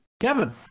Kevin